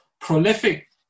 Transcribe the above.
prolific